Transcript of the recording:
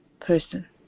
person